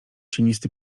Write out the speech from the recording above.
cienisty